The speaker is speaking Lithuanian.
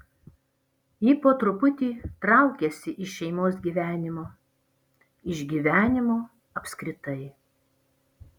ji po truputį traukėsi iš šeimos gyvenimo iš gyvenimo apskritai